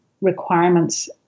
requirements